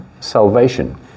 salvation